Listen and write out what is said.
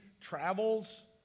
travels